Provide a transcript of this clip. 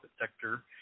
sector